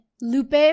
Lupe